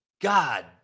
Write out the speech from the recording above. God